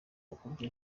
ukubye